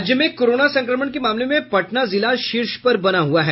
राज्य में कोरोना संक्रमण के मामले में पटना जिला शीर्ष पर बना हुआ है